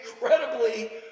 incredibly